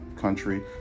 country